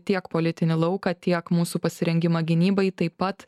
tiek politinį lauką tiek mūsų pasirengimą gynybai taip pat